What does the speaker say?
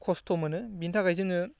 खस्थ' मोनो बिनि थाखाय जोङो